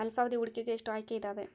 ಅಲ್ಪಾವಧಿ ಹೂಡಿಕೆಗೆ ಎಷ್ಟು ಆಯ್ಕೆ ಇದಾವೇ?